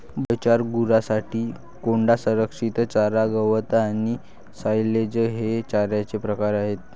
biochar, गुरांसाठी कोंडा, संरक्षित चारा, गवत आणि सायलेज हे चाऱ्याचे प्रकार आहेत